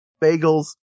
bagels